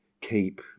keep